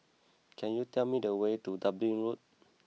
can you tell me the way to Dublin Road